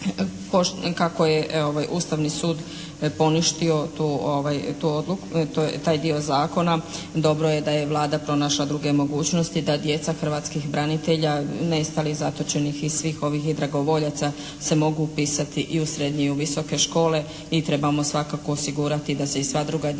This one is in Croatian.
Kako je Ustavni sud poništio tu odluku, taj dio zakona dobro je da je Vlada pronašla druge mogućnosti da djeca hrvatskih branitelja nestalih, zatočenih i svih ovih i dragovoljaca se mogu upisati i u srednje i u visoke škole i trebamo svakako osigurati da se i sva druga djeca